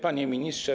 Panie Ministrze!